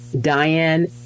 Diane